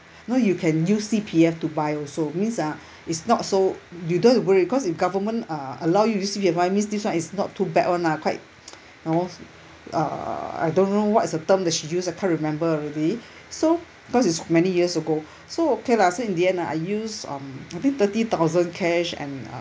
know you can use C_P_F to buy also means ah it's not so you don't have to worry cause if government uh allow you to use C_P_F that means this [one] is not too bad [one] lah quite know uh I don't know what is the term that she use ah can't remember already so cause it's many years ago so okay lah so in the end lah I use um I think thirty thousand cash and uh